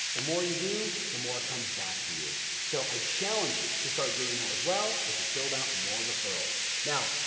the more you do, the more comes back to you. so i challenge you to start doing that as well as you build out more referrals. now,